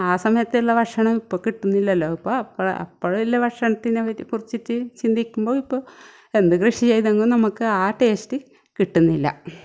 ആ സമയത്തുള്ള ഭക്ഷണം ഇപ്പോൾ കിട്ടുന്നില്ലല്ലോ ഇപ്പം അപ്പം അപ്പോഴുള്ള ഭക്ഷണത്തിനെ കുറിച്ചിട്ട് ചിന്തിക്കുമ്പോൾ ഇപ്പോൾ എന്ത് കൃഷി ചെയ്തതെങ്കിലും നമുക്ക് ആ ടേസ്റ്റ് കിട്ടുന്നില്ല